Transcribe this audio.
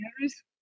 years